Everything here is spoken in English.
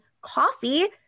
coffee